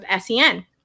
SEN